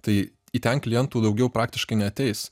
tai į ten klientų daugiau praktiškai neateis